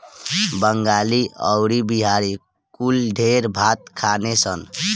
बंगाली अउरी बिहारी कुल ढेर भात खाने सन